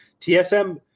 TSM